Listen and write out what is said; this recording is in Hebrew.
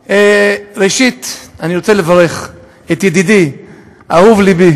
ראשית, אני רוצה לברך את ידידי אהוב לבי